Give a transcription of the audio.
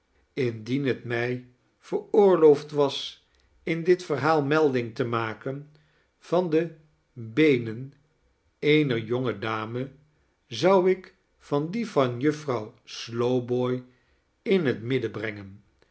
indien het mij veroorloofd was in dit verhaal melding te maken van de beenen eener jonge dame zou ik van die van juffrouw slowboy in het midden brengen